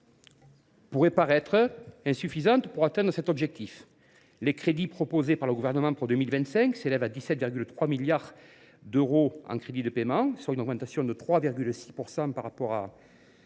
peut paraître insuffisante pour atteindre ces objectifs. Les crédits proposés par le Gouvernement pour 2025 s’élèvent à 17,3 milliards d’euros en CP, soit une augmentation de 3,6 % par rapport à